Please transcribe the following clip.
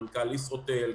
מנכ"ל ישרוטל,